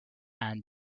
and